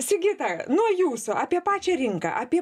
sigita nuo jūsų apie pačią rinką apie